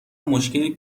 مشکلی